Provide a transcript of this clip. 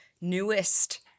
newest